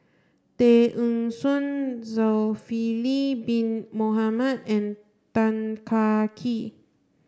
Tay Eng Soon Zulkifli Bin Mohamed and Tan Kah Kee